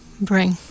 bring